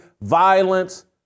violence